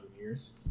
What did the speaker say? years